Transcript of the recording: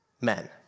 men